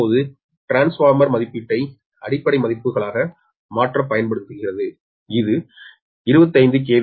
இப்போது டிரான்ஸ்ஃபார்மர் மதிப்பீட்டை அடிப்படை மதிப்புகளாகப் பயன்படுத்துகிறது இது இது 25 கே